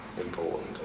important